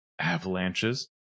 avalanches